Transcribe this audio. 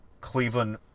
Cleveland